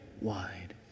wide